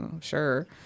sure